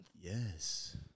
Yes